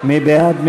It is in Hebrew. מי בעד?